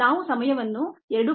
ನಾವು ಸಮಯವನ್ನು 2